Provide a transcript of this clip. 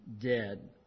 dead